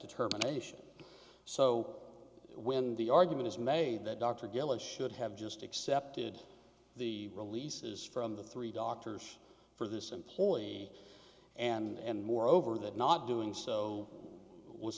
determination so when the argument is made that dr gillis should have just accepted the releases from the three doctors for this employee and moreover that not doing so was